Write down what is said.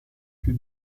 più